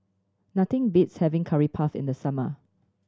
nothing beats having Curry Puff in the summer